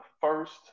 first